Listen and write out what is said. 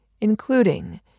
including